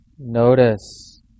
Notice